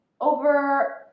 over